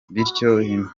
bityo